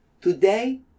Today